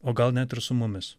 o gal net ir su mumis